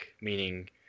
meaning